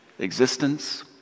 existence